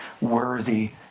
Worthy